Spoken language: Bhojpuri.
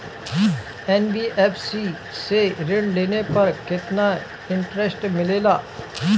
एन.बी.एफ.सी से ऋण लेने पर केतना इंटरेस्ट मिलेला?